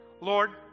Lord